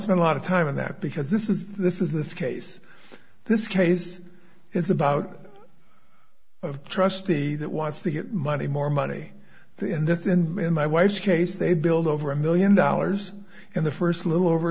spend a lot of time on that because this is this is this case this case is about trustee that wants to get money more money in this and my wife's case they build over a million dollars and the first little over